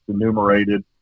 enumerated